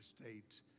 states